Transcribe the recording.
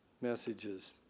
messages